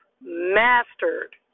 mastered